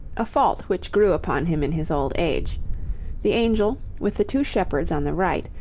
a fault which grew upon him in his old age the angel, with the two shepherds on the right,